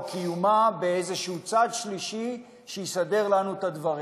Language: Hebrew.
קיומה באיזה צד שלישי שיסדר לנו את הדברים.